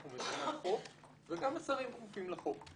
אנחנו מדינת חוק, וגם השרים כפופים לחוק.